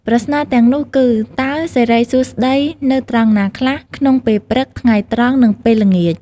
ប្រស្នាទាំងនោះគឺ "តើសិរីសួស្ដីនៅត្រង់ណាខ្លះ ក្នុងពេលព្រឹក ថ្ងៃត្រង់ និងពេលល្ងាច?"